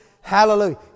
hallelujah